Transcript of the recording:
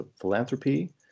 philanthropy